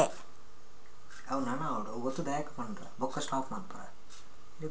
stock ಪ್ರಮಾಣಪತ್ರ ಷೇರು ಸಂಖ್ಯೆ, ಖರೀದಿಸಿದ ದಿನಾಂಕ, ಗುರುತಿನ ಸಂಖ್ಯೆ ಮಾಹಿತಿಯನ್ನ ಒಳಗೊಂಡಿರ್ತದೆ